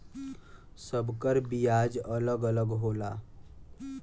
सब कर बियाज अलग अलग होला